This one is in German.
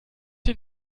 den